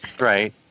Right